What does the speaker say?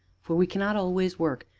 for we cannot always work,